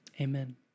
amen